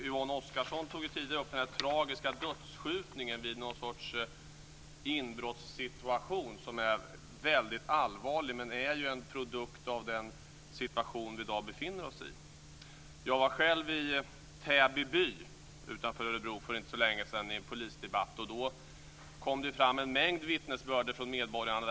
Yvonne Oscarsson tog tidigare upp den här tragiska dödsskjutningen vid någon sorts inbrottssituation. Den är väldigt allvarlig, men den är en produkt av den situation som vi i dag befinner oss i. Jag var själv med om en polisdebatt i Täby by utanför Örebro för inte så länge sedan. Då kom det fram en mängd vittnesbörd från medborgarna.